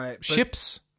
ships